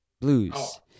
blues